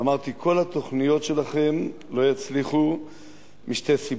ואמרתי: כל התוכניות שלכם לא יצליחו משתי סיבות.